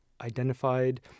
identified